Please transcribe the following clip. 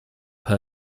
her